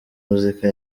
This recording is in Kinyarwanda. muzika